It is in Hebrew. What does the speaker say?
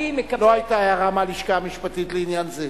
אני מקבל, לא היתה הערה מהלשכה המשפטית לעניין זה?